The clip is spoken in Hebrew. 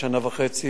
שנה וחצי,